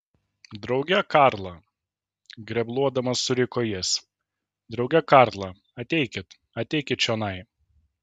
drauge karla grebluodamas suriko jis drauge karla ateikit ateikit čionai